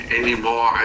anymore